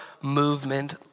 movement